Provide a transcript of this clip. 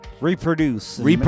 reproduce